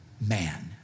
man